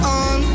on